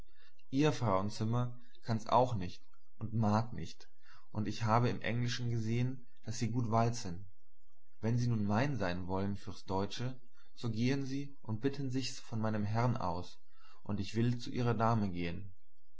ihr frauenzimmer kann's auch nicht und mag nicht und ich habe im englischen gesehen daß sie gut walzen wenn sie nun mein sein wollen fürs deutsche so gehen sie und bitten sich's von meinem herrn aus und ich will zu ihrer dame gehen